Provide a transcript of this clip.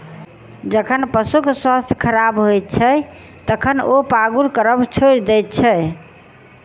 जखन पशुक स्वास्थ्य खराब होइत छै, तखन ओ पागुर करब छोड़ि दैत छै